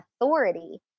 authority